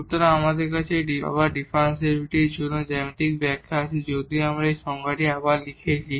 সুতরাং এখন আমাদের কাছে আবার ডিফারেনশিবিলিটির জন্য জ্যামিতিক ব্যাখ্যা আছে যদিও আমরা সেই সংজ্ঞাটি আবার লিখেছি